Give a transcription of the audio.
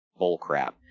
bullcrap